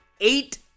eight